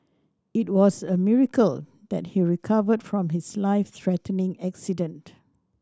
it was a miracle that he recovered from his life threatening accident